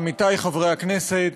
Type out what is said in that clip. עמיתי חברי הכנסת,